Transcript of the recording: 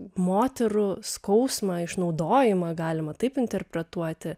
moterų skausmą išnaudojimą galima taip interpretuoti